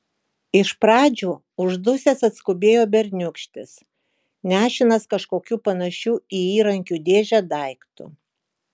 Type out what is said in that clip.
iš pradžių uždusęs atskubėjo berniūkštis nešinas kažkokiu panašiu į įrankių dėžę daiktu